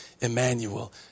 Emmanuel